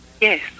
Yes